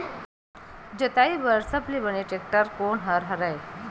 जोताई बर सबले बने टेक्टर कोन हरे?